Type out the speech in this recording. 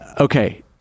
okay